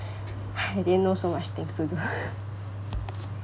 I didn't know so much things to do